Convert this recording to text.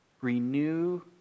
renew